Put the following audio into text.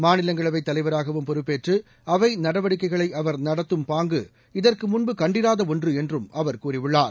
மாநிலங்களவை தலைவராகவும் பொறப்பேற்று அவை நடவடிக்கைகளை அவர் நடத்தும் பாங்கு இதற்கு முன்பு கண்டிராத ஒன்று என்றும் அவர் கூறியுள்ளார்